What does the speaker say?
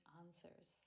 answers